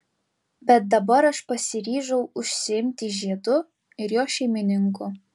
bet dabar aš pasiryžau užsiimti žiedu ir jo šeimininku